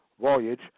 voyage